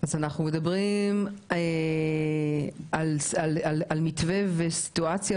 אז אנחנו מדברים על מתווה וסיטואציה